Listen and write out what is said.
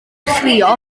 chrio